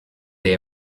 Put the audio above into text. they